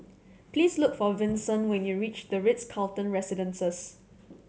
please look for Vinson when you reach The Ritz Carlton Residences